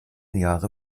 jahre